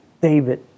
David